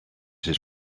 his